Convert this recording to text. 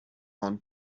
man